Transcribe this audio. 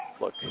look